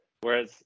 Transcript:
Whereas